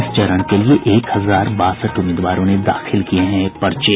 इस चरण के लिए एक हजार बासठ उम्मीदवारों ने दाखिल किये हैं पर्चे